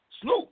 Snoop